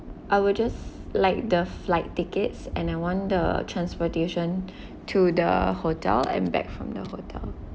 I will just like the flight tickets and I want the transportation to the hotel and back from the hotel